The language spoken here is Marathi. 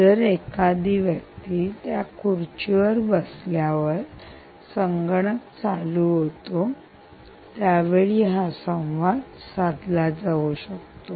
जर एखादी व्यक्ती त्या खुर्चीवर बसल्यावर संगणक चालू होतो त्यावेळी हा संवाद साधला जाऊ शकतो